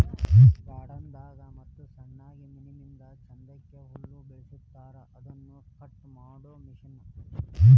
garden ದಾಗ ಮತ್ತ ಸಣ್ಣಗೆ ಮನಿಮುಂದ ಚಂದಕ್ಕ ಹುಲ್ಲ ಬೆಳಸಿರತಾರ ಅದನ್ನ ಕಟ್ ಮಾಡು ಮಿಷನ್